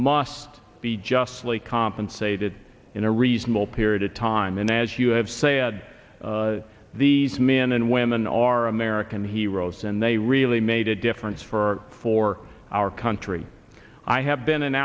must be justly compensated in a reasonable period of time and as you have said these men and women are american heroes and they really made a difference for our for our country i have been an